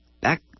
back